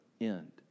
end